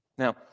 Now